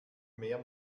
mehr